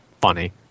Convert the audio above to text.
funny